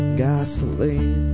gasoline